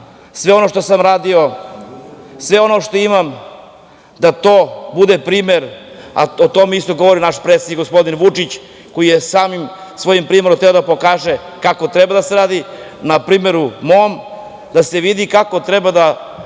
sve ono što sam radio, sve ono što imam da to bude primer, a to isto govori i naš predsednik, gospodin Vučić, koji je svojim primerom hteo da pokaže kako treba da se radi, na mom primeru da se vidi kako treba da